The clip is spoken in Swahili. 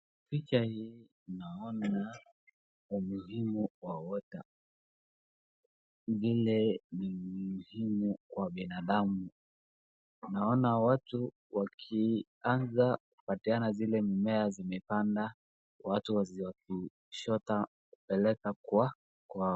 Picha hii naona umuhimu wa water vile ni muhimu kwa binadamu. Naona watu wakianza kupatiana zile mimea zimepanda watu wakishota kupeleka kwao.